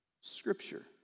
Scripture